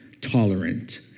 tolerant